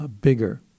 bigger